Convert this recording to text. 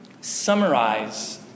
summarize